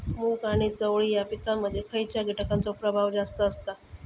मूग आणि चवळी या पिकांमध्ये खैयच्या कीटकांचो प्रभाव जास्त असता?